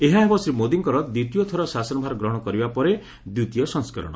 ଏହା ହେବ ଶ୍ରୀ ମୋଦିଙ୍କର ଦ୍ୱିତୀୟ ଥର ଶାସନଭାର ଗ୍ରହଣ କରିବା ପରେ ଦ୍ୱିତୀୟ ସଂସ୍କରଣ